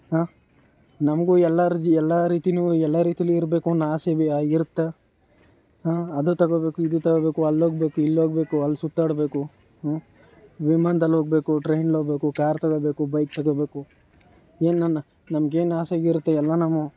ಹಾಂ ನಮಗೂ ಎಲ್ಲಾರ್ಜೀ ಎಲ್ಲ ರೀತಿಯೂ ಎಲ್ಲ ರೀತಿಯಲ್ಲಿ ಇರಬೇಕು ಅನ್ನೋ ಆಸೆ ಬಿ ಇರುತ್ತೆ ಹಾಂ ಅದು ತಗೊಳ್ಬೇಕು ಇದು ತಗೊಳ್ಬೇಕು ಅಲ್ಲಿ ಹೋಗಬೇಕು ಇಲ್ಲಿ ಹೋಗಬೇಕು ಅಲ್ಲಿ ಸುತ್ತಾಡಬೇಕು ಹ್ಞೂ ವಿಮಾನದಲ್ಲಿ ಹೋಗಬೇಕು ಟ್ರೈನಲ್ಲಿ ಹೋಗಬೇಕು ಕಾರ್ ತಗೊಳ್ಬೇಕು ಬೈಕ್ ತಗೊಳ್ಬೇಕು ಏನು ನನ್ನ ನಮ್ಗೇನು ಆಸೆಗಳು ಇರುತ್ತೆ ಎಲ್ಲ ನಾವು